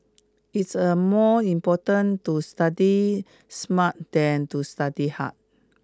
it's a more important to study smart than to study hard